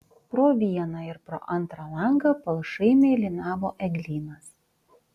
pro vieną ir pro antrą langą palšai mėlynavo eglynas